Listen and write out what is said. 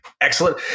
Excellent